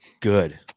good